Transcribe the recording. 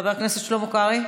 חבר הכנסת שלמה קרעי.